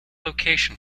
location